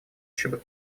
ошибок